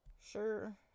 Sure